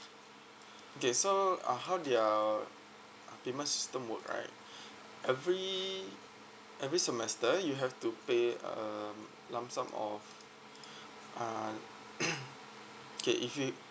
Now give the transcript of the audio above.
okay so uh how their payment system work right every every semester you have to pay a lump sum of uh K if you